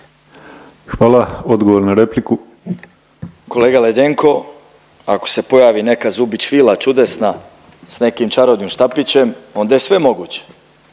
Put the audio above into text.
Marin (MOST)** Kolega Ledenko ako se pojavi neka zubić vila čudesna s nekim čarobnim štapićem onda je sve moguće,